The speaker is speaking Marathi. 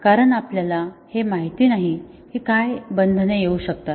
कारण आपल्याला हे माहित नाही की काय बंधने येऊ शकतात